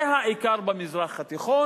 זה העיקר במזרח התיכון.